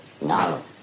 No